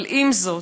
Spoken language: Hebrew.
אבל עם זאת,